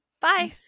Bye